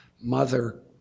mother